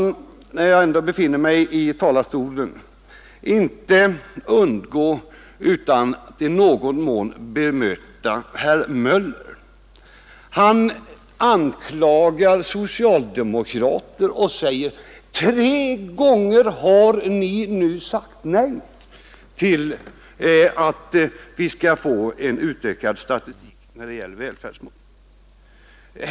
Men när jag ändå befinner mig i talarstolen kan jag, fru talman, inte underlåta att i någon mån bemöta herr Möllers i Göteborg uttalanden. Han anklagar socialdemokrater och säger: Tre gånger har ni nu sagt nej till att vi skall få en utökad statistik när det gäller välfärdsbedömningar.